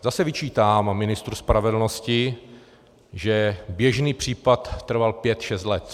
Zase vyčítám ministru spravedlnosti, že běžný případ trval pět šest let.